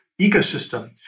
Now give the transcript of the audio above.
ecosystem